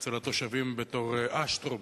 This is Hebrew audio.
בפי התושבים "אשטרום"